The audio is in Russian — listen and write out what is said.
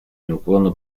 неуклонно